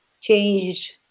changed